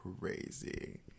crazy